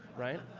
right?